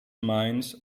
mines